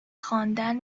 خواندن